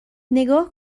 نگاه